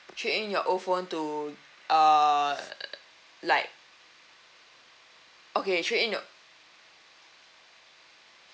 trade in your old phone to err like okay trade in your